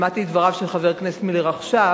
שמעתי את דבריו של חבר הכנסת מילר עכשיו,